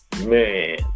Man